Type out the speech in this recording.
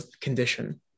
condition